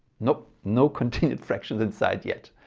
nope no continued fractions in sight yet.